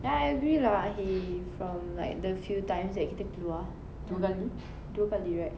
ya I agree lah he from like the few times that kita keluar dua kali dua kali right